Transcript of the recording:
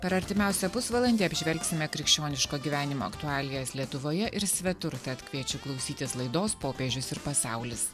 per artimiausią pusvalandį apžvelgsime krikščioniško gyvenimo aktualijas lietuvoje ir svetur tad kviečiu klausytis laidos popiežius ir pasaulis